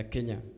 Kenya